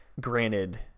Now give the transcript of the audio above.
granted